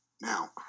Now